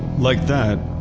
like that,